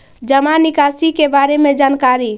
जामा निकासी के बारे में जानकारी?